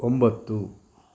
ಒಂಬತ್ತು